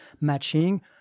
matching